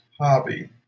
hobby